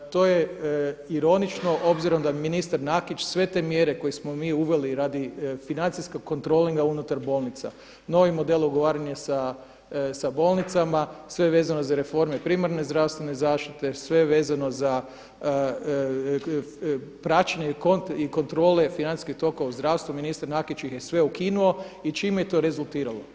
To je ironično obzirom da ministar Nakić sve te mjere koje smo mi uveli radi financijskog kontrolinga unutar bolnica, novi model ugovaranja sa bolnicama, sve vezano za reforme primarne zdravstvene zaštite, sve vezano za praćenje i kontrole financijske tokova u zdravstvu ministar Nakić ih je sve ukinuo i čime je to rezultiralo?